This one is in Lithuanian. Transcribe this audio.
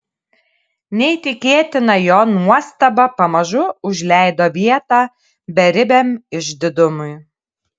neįtikėtina jo nuostaba pamažu užleido vietą beribiam išdidumui